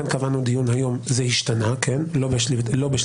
לכן קבענו היום דיון וזה השתנה זה לא בשליטתנו.